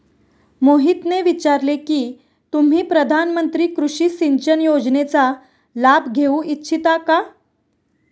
मोहितने विचारले की तुम्ही प्रधानमंत्री कृषि सिंचन योजनेचा लाभ घेऊ इच्छिता का?